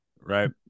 Right